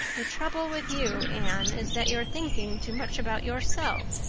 the trouble with you, anne, is that you're thinking too much about yourself.